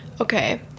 okay